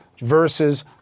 versus